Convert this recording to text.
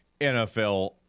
NFL